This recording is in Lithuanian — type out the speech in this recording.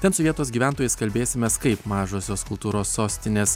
ten su vietos gyventojais kalbėsimės kaip mažosios kultūros sostinės